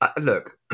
Look